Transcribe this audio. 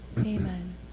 Amen